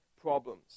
problems